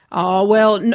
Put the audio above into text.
oh well, and